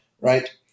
right